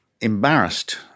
embarrassed